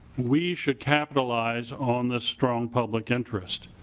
we should capitalize on this strong public interest.